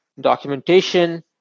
documentation